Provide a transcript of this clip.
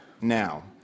Now